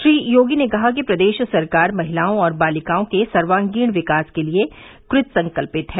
श्री योगी ने कहा कि प्रदेश सरकार महिलाओं और बालिकाओं के सर्वागीण विकास के लिए कृत संकल्पित है